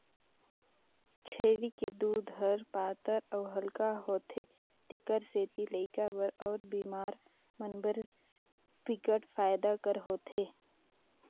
छेरी कर दूद ह पातर अउ हल्का होथे तेखर सेती लइका बर अउ बेमार मन बर बिकट फायदा कर होथे